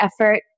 effort